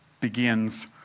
begins